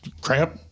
crap